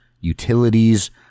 utilities